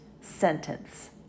sentence